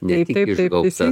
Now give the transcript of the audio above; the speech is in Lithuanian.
ne tik išgaubtas